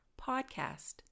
Podcast